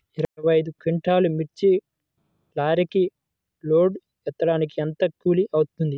ఇరవై ఐదు క్వింటాల్లు మిర్చి లారీకి లోడ్ ఎత్తడానికి ఎంత కూలి అవుతుంది?